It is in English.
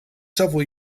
several